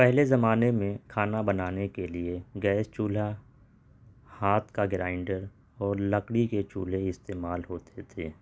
پہلے زمانے میں کھانا بنانے کے لیے گیس چولہا ہاتھ کا گرائنڈر اور لکڑی کے چولہے استعمال ہوتے تھے